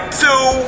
two